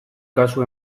kasu